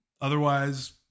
Otherwise